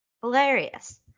hilarious